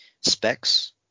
specs